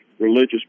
religious